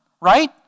right